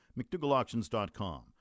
McDougallAuctions.com